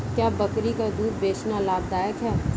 क्या बकरी का दूध बेचना लाभदायक है?